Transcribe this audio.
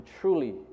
truly